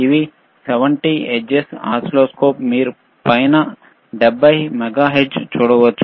ఇవి 70 megahertz oscilloscope మీరు పైన 70 మెగాహెర్ట్జ్ చూడవచ్చు